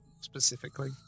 Specifically